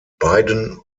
beiden